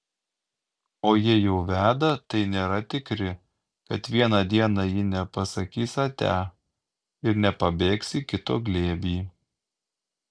o jei jau veda tai nėra tikri kad vieną dieną ji nepasakys atia ir nepabėgs į kito glėbį